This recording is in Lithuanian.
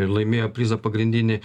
laimėjo prizą pagrindinį